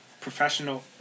professional